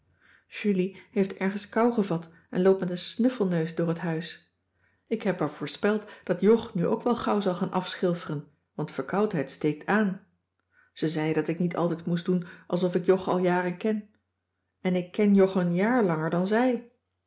julie heeft ergens kou gevat en loopt met een snuffelneus door het huis ik heb haar voorspeld dat jog nu ook wel gauw zal gaan afschilferen want verkoudheid steekt aan ze zei dat ik niet altijd moest doen alsof ik jog al jaren ken en ik ken jog een jaar langer dan zij